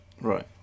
Right